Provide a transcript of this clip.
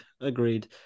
Agreed